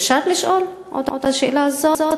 אפשר לשאול את השאלה הזאת?